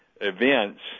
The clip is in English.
events